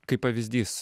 kaip pavyzdys